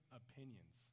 opinions